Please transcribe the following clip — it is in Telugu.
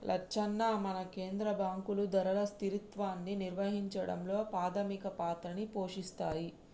లచ్చన్న మన కేంద్ర బాంకులు ధరల స్థిరత్వాన్ని నిర్వహించడంలో పాధమిక పాత్రని పోషిస్తాయి